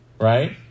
right